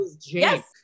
Yes